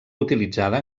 utilitzada